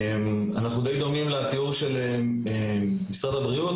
אנחנו די דומים לתיאור של משרד הבריאות,